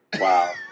Wow